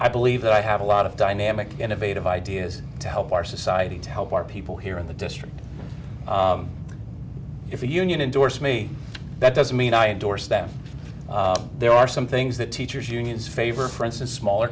i believe that i have a lot of dynamic innovative ideas to help our society to help our people here in the district if a union indorse me that doesn't mean i adore staff there are some things that teachers unions favor for instance smaller